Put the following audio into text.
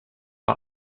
war